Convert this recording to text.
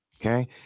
okay